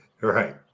right